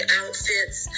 outfits